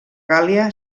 gàl·lia